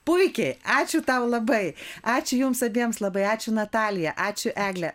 puikiai ačiū tau labai ačiū jums abiems labai ačiū natalija ačiū egle